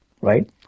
right